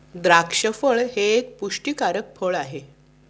द्राक्ष फळ हे एक पुष्टीकारक फळ आहे